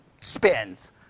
spins